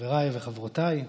חבריי וחברותיי,